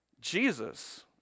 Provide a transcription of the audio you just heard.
Jesus